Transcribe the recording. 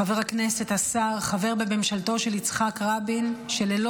חבר הכנסת, השר, חבר בממשלתו של יצחק רבין, שללא